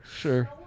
Sure